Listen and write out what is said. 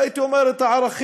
לא הייתי אומר את הערכים,